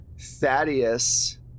Thaddeus